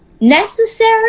necessary